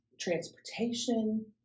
Transportation